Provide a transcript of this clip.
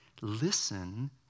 Listen